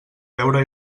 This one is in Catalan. veure